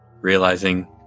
realizing